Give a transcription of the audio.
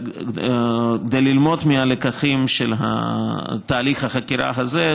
כדי ללמוד מהלקחים של תהליך החקירה הזה,